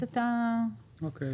אוקיי.